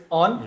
on